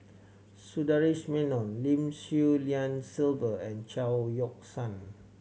Sundaresh Menon Lim Swee Lian Sylvia and Chao Yoke San